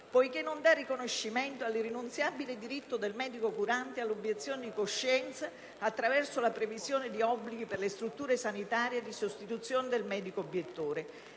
poiché non dà riconoscimento all'irrinunciabile diritto del medico curante all'obiezione di coscienza, attraverso la previsione di obblighi per le strutture sanitarie, di sostituzione del medico obiettore.